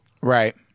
Right